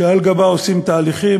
שעל גבה עושים תהליכים,